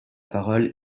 parole